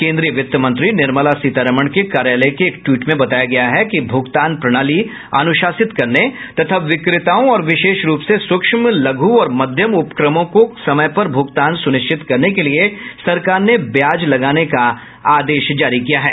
केन्द्रीय वित्तमंत्री निर्मला सीतारामन के कार्यालय के एक ट्वीट में बताया गया है कि भूगतान प्रणाली अनुशासित करने तथा विक्रेताओं और विशेष रूप से सूक्ष्म लघु और मध्यम उपक्रमों को समय पर भुगतान सुनिश्चित करने के लिए सरकार ने ब्याज लगाने का आदेश जारी किया है